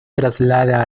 traslada